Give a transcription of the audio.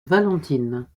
valentine